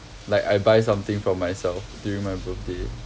like I buy something for myself during my birthday